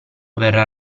verrà